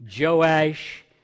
Joash